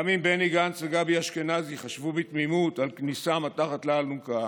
גם אם בני גנץ וגבי אשכנזי חשבו בתמימות על כניסה מתחת לאלונקה